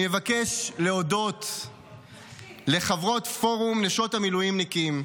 אני מבקש להודות לחברות פורום נשות המילואימניקים,